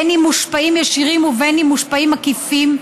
בין אם מושפעים ישירים ובין אם מושפעים עקיפים,